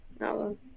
no